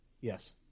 Yes